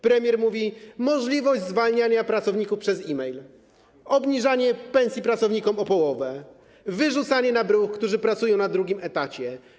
Premier mówi: możliwość zwalniania pracowników przez e-mail, obniżanie pensji pracownikom o połowę, wyrzucanie na bruk pracowników, którzy pracują na drugim etacie.